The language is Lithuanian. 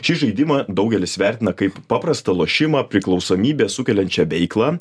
šį žaidimą daugelis vertina kaip paprastą lošimą priklausomybę sukeliančią veiklą